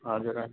हजुर